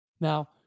Now